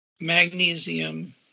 magnesium